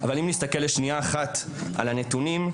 אבל אם נסתכל לשנייה אחת על הנתונים,